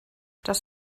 das